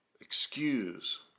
excuse